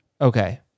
Okay